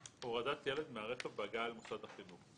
הורדת ילד מהרכב בהגעה אל מוסד החינוך: